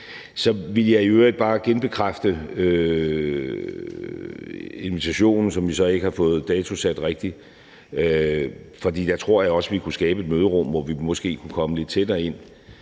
Så vil jeg i øvrigt bare genbekræfte invitationen, som vi så ikke har fået datosat rigtigt. For jeg tror også, vi kunne skabe et møderum, hvor vi måske kunne komme lidt tættere på